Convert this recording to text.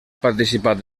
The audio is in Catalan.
participat